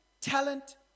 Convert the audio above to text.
talent